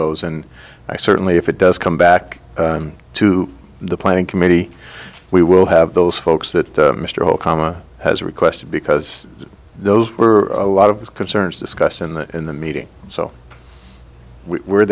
those and i certainly if it does come back to the planning committee we will have those folks that mr hall comma has requested because those were a lot of concerns discussed in the in the meeting so we were